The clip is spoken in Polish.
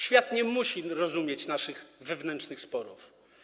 Świat nie musi rozumieć naszych wewnętrznych sporów.